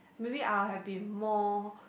maybe I have to be more